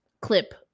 clip